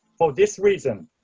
for this reason,